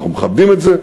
אנחנו מכבדים את זה,